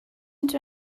into